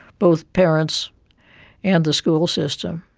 both parents and the school system.